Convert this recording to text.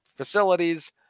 facilities